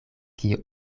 kio